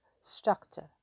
structure